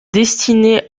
destinés